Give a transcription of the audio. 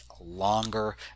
longer